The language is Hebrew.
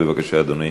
בבקשה, אדוני.